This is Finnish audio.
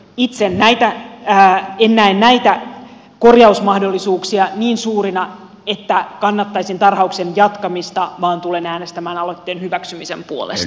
itse en näe näitä korjausmahdollisuuksia niin suurina että kannattaisin tarhauksen jatkamista vaan tulen äänestämään aloitteen hyväksymisen puolesta